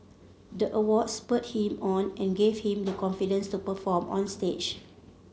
the award spurred him on and gave him the confidence to perform on stage